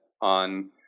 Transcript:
on